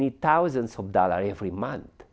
need thousands of dollars every month